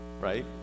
Right